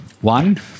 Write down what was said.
One